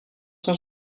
cent